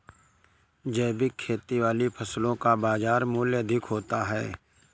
जैविक खेती वाली फसलों का बाज़ार मूल्य अधिक होता है